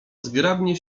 zgrabnie